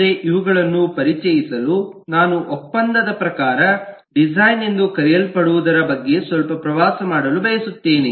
ಆದರೆ ಇವುಗಳನ್ನು ಪರಿಚಯಿಸಲು ನಾನು ಒಪ್ಪಂದದ ಪ್ರಕಾರ ಡಿಸೈನ್ ಎಂದು ಕರೆಯಲ್ಪಡುವುದರ ಬಗ್ಗೆ ಸ್ವಲ್ಪ ಪ್ರವಾಸ ಮಾಡಲು ಬಯಸುತ್ತೇನೆ